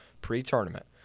pre-tournament